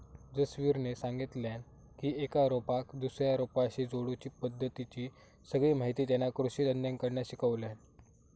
जसवीरने सांगितल्यान की एका रोपाक दुसऱ्या रोपाशी जोडुची पद्धतीची सगळी माहिती तेना कृषि तज्ञांकडना शिकल्यान